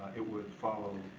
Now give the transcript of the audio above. it would follow